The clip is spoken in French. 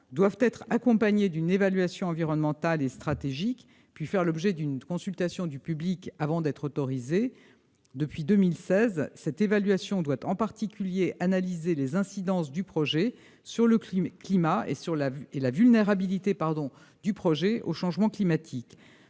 doivent être accompagnés d'une évaluation environnementale et stratégique, puis faire l'objet d'une consultation du public avant d'être autorisés. Depuis 2016, cette évaluation doit, en particulier, analyser les incidences du projet sur le climat et sa vulnérabilité au changement climatique.